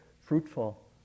fruitful